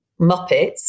muppets